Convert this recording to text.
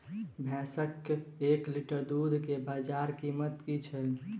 भैंसक एक लीटर दुध केँ बजार कीमत की छै?